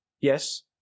Yes